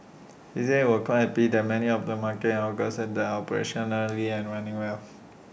he said was quite happy that many of the markets and hawker centres are operationally and running well